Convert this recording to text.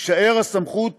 תישאר הסמכות